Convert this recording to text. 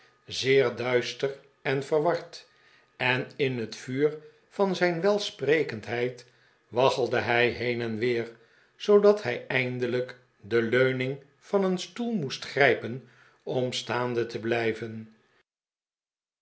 zeer duister en verward en in het vuur van zijn welsprekendheid waggelde hij heen en weer zoodat hij eindelijk de leuning van een stoel moest grijpen om staande te blijven